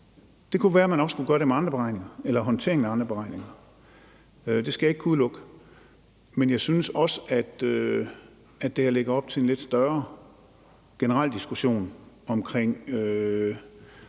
Det kunne være, at man også skulle gøre det med andre ting og med håndteringen af andre beregninger – det skal jeg ikke kunne udelukke. Men jeg synes også, at det her lægger op til en lidt større generel diskussion omkring